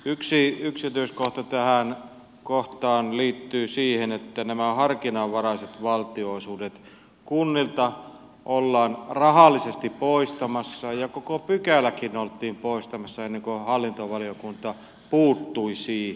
yksi yksityiskohta tähän kohtaan liittyy siihen että nämä harkinnanvaraiset valtionosuudet kunnilta ollaan rahallisesti poistamassa ja koko pykäläkin oltiin poistamassa ennen kuin hallintovaliokunta puuttui siihen